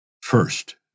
first